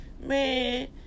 man